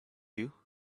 you